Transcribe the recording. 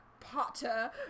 Potter